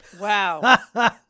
wow